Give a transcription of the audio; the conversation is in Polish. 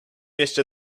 jeszcze